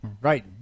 Right